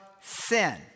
Sin